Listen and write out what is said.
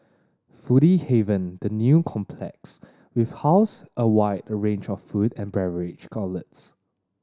foodie haven the new complex with house a wide a range of food and beverage outlets